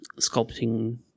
sculpting